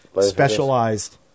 specialized